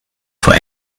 vor